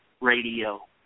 radio